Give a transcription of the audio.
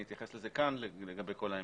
אני אתייחס לזה כאן לגבי כל ההמשך.